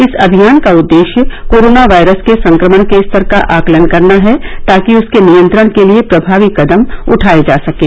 इस अभियान का उददेश्य कोरोना वायरस के संक्रमण के स्तर का आकलन करना है ताकि उसके नियंत्रण के लिए प्रभावी कदम उठाए जा सकें